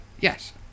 yes